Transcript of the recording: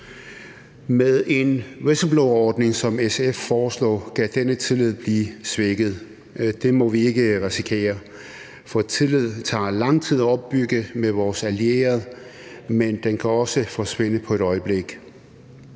Med en whistleblowerordning, som SF foreslår, kan denne tillid blive svækket, og det må vi ikke risikere. For tillid tager lang tid at opbygge med vores allierede, men den kan også forsvinde på et øjeblik.